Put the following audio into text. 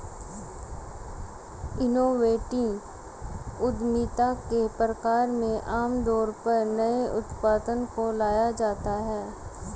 innovative उद्यमिता के प्रकार में आमतौर पर नए उत्पाद को लाया जाता है